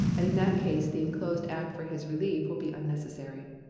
and in that case the inclosed act for his relief will be unnecessary.